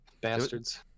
Bastards